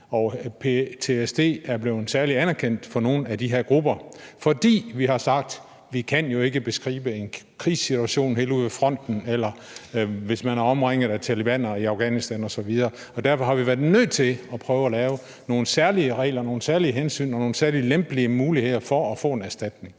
ptsd er blevet særligt anerkendt for nogle af de her grupper, fordi vi har sagt: Vi kan jo ikke beskrive en krigssituation helt ude ved fronten, eller hvis man er omringet af talebanere i Afghanistan osv. Derfor har vi været nødt til at prøve at lave nogle særlige regler og nogle særlige hensyn og nogle særlige lempelige muligheder for at få en erstatning.